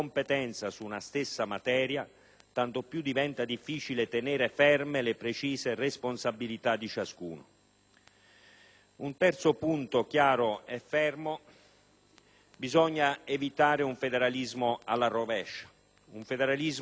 tanto più diventa difficile tenere ferme le precise responsabilità di ciascuno. Un terzo punto chiaro e fermo è che bisogna evitare un federalismo alla rovescia, con una logica invertita.